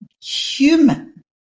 human